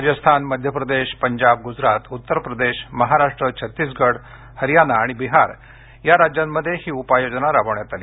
राजस्थान मध्य प्रदेश पंजाब गुजरात उत्तर प्रदेश महाराष्ट्र छत्तीसगड हरियाना आणि बिहार या राज्यांमध्ये ही उपाय योजना राबवण्यात आली